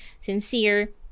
sincere